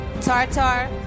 Tartar